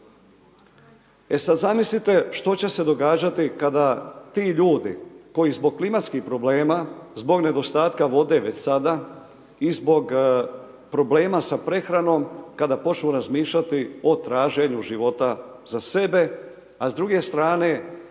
E sad zamislite što će se događati kada ti ljudi koji zbog klimatskih problema, zbog nedostatka vode već sada i zbog problema sa prehranom, kada počnu razmišljati o traženju života za sebe, a s druge strane,